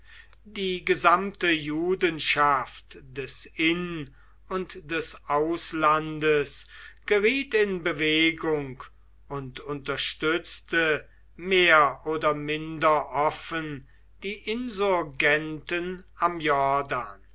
die gesamte judenschaft des in und des auslandes geriet in bewegung und unter stützte mehr oder minder offen die insurgenten